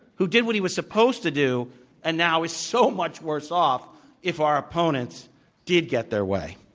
who did what he was supposed to do and now is so much worse off if our opponents did get their way.